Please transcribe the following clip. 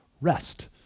rest